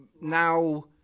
Now